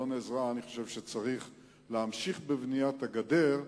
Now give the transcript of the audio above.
גדעון עזרא, אני חושב שצריך להמשיך בבניית הגדר,